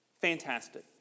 Fantastic